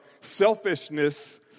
selfishness